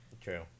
true